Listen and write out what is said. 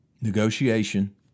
negotiation